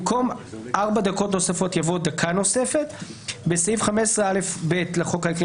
במקום "4 דקות נוספת" יבוא "דקה נוספת"; בסעיף 15(א)(ב) לחוק העיקרי,